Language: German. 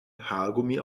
haargummi